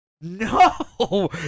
No